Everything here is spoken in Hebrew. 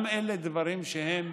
גם אלה דברים שהם